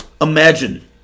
Imagine